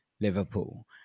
Liverpool